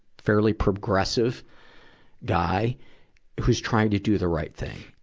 fairly progressive guy whose trying to do the right thing.